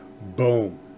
boom